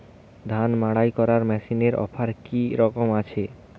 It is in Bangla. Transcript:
ধান মাড়াই করার মেশিনের অফার কী রকম আছে?